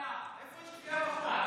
לא קראת?